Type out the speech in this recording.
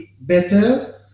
better